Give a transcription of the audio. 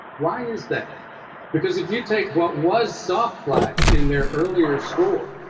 why is that because if you take what was soft like in their earlier score